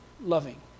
loving